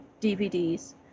DVDs